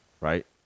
right